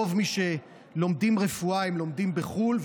שרוב מי שלומדים רפואה לומדים בחו"ל,